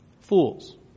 fools